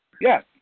Yes